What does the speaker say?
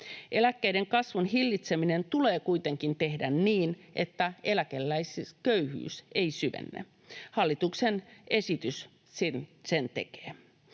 Eläkkeiden kasvun hillitseminen tulee kuitenkin tehdä niin, että eläkeläisköyhyys ei syvenny. Hallituksen esitys sen tekee.